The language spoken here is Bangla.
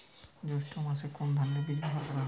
জৈষ্ঠ্য মাসে কোন ধানের বীজ ব্যবহার করা যায়?